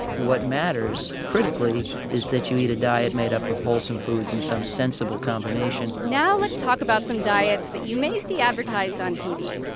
what matters critically is that you eat a diet made up of wholesome foods in some sensible combination now let's talk about some diets that you may see advertised on tv.